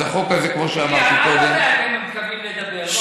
אז החוק הזה, כמו שאמרתי קודם, מתכוונים לדבר?